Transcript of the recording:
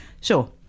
sure